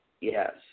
Yes